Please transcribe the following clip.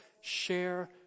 share